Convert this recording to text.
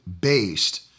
based